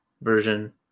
version